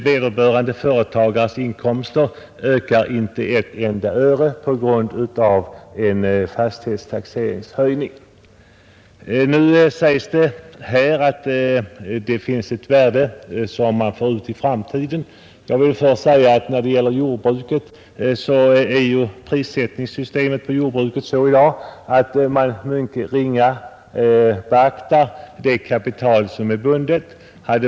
Vederbörande företagares inkomster ökar inte med ett enda öre på grund av en fastighets taxeringsvärdehöjning. Herr Wärnberg sade att det finns ett värde som man får ut i framtiden. När det gäller jordbruket är ju prissättningssystemet i dag sådant att man mycket lite beaktar förräntningen av det kapital som är investerat.